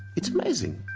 it's amazing.